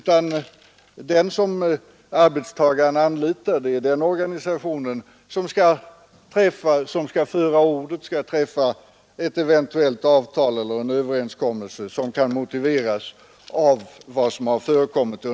Den organisation arbetstagaren anlitar skall föra ordet och träffa ett eventuellt avtal eller en överenskommelse som kan motiveras av vad som har förekommit.